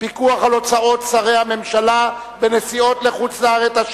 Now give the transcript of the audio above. פיקוח על הוצאות שרי הממשלה בנסיעות לחוץ-לארץ),